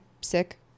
sick